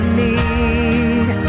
need